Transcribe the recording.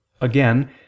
Again